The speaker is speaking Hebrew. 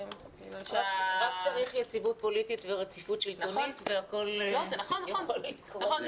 --- רק צריך יציבות פוליטית ורציפות שלטונית והכול יכול לקרות.